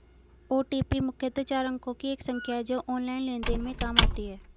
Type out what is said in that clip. OTP मुख्यतः चार अंकों की एक संख्या है जो ऑनलाइन लेन देन में काम आती है